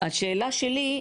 השאלה שלי,